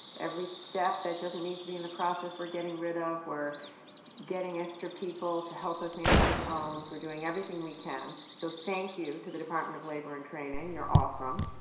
every step that doesn't need to be in the process we're getting rid of, we're getting extra people to help us answer the phones, we're doing everything we can, so thank you to the department of labor and training, you're awesome,